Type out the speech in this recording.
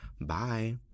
bye